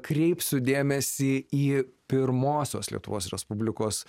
kreipsiu dėmesį į pirmosios lietuvos respublikos